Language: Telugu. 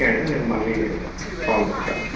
ఓకే అండి నేను మళ్ళీ కాల్ చేస్తాను